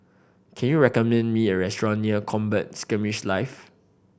can you recommend me a restaurant near Combat Skirmish Live